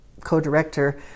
co-director